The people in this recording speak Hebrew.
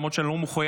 למרות שאני לא מחויב,